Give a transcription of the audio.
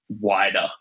wider